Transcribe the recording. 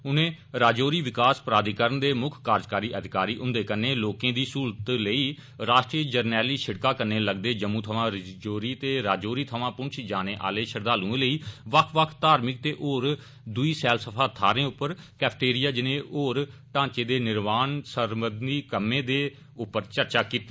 उनें राजौरी विकास प्राधिकरण दे मुक्ख कार्यकारी अधिकारी हुंदे नै लोकें दी सहूलत लेई राश्ट्रीय जरनैली शिड़क कन्नै लगदे जम्मू थमां राजौरी ते राजौरी थमां पुंछ जाने आह्ने श्रद्वालुएं लेई बक्ख बक्ख धार्मिक ते होर दुई सैलसफा थाहरें पर कैफटेरिया ज्नेह होर ढांचे दे निर्माण सरबंधी कम्में दे विस्तार बारै चर्चा कीती